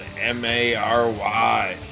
m-a-r-y